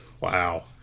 wow